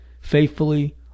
faithfully